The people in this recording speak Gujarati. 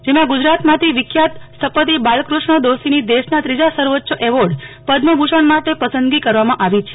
જેમા ગુ જરાતમાંથી વિખ્યાત શ્થપતિ બાલકૃષ્ણ દોશીની દેશના સર્વોચ્ય એવોર્ડ પદ્મ ભુષણ માટે પસંદગી કરવામા આવી છે